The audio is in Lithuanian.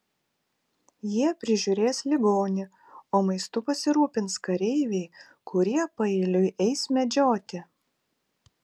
jie prižiūrės ligonį o maistu pasirūpins kareiviai kurie paeiliui eis medžioti